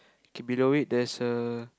okay below it there is a